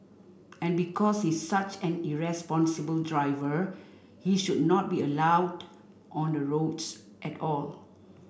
and because he's such an irresponsible driver he should not be allowed on the roads at all